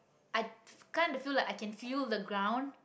i kinda feel like i can feel the ground